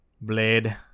Blade